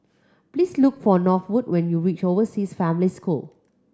please look for Norwood when you reach Overseas Family School